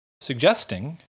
suggesting